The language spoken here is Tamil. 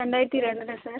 ரெண்டாயிரத்து ரெண்டில் சார்